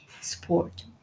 sport